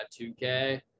2K